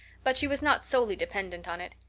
but she was not solely dependent on it.